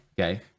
Okay